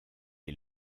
est